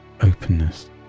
openness